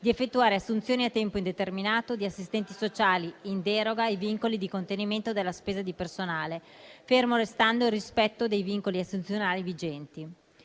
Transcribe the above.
di effettuare assunzioni a tempo indeterminato di assistenti sociali in deroga ai vincoli di contenimento della spesa di personale, fermo restando il rispetto dei vincoli assunzionali vigenti.